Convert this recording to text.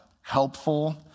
helpful